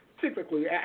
typically